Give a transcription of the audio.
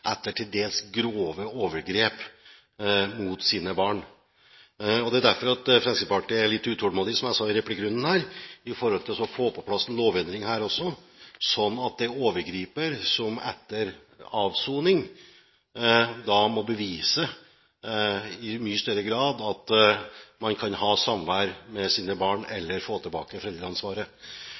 etter til dels grove overgrep mot sine barn. Det er derfor Fremskrittspartiet er litt utålmodig, som jeg sa i replikkrunden, for å få på plass en lovendring her også, sånn at det er overgriper som etter avsoning i mye større grad må bevise at man kan ha samvær med sine barn eller få tilbake foreldreansvaret.